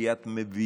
כי את מבינה